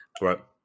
Right